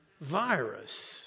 virus